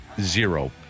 zero